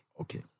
Okay